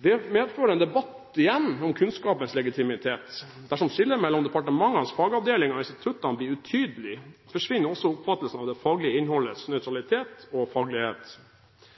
Dette fører igjen til en debatt om kunnskapens legitimitet. Dersom skillet mellom departementets fagavdelinger og instituttene blir utydelig, forsvinner også oppfatningen av det faglige innholdets nøytralitet og faglighet.